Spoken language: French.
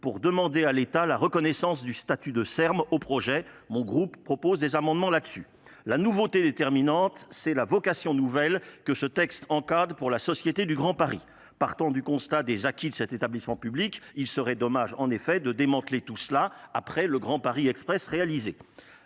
pour demander à l'état la reconnaissance du statut de E M au projet Mon groupe propose des amendements là dessus La nouveauté déterminante c'est la vocation c'est la vocation nouvelle que ce encadre pour la société du grand Paris partant du constat des acquis de cet établissement public il serait dommage en effet de démanteler tout cela après le Grand Grand Paris Express réalisé